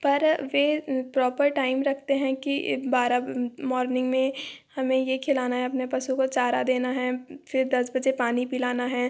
पर वे proper time रखते हैं कि बारह मॉर्निंग में हमें ये खिलाना है अपने पशुओं को चारा देना है फिर दस बजे पानी पिलाना है